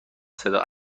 صدا